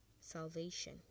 salvation